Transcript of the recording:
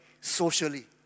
socially